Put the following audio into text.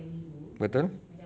betul